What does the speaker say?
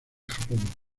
japón